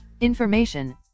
Information